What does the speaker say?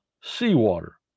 seawater